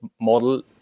model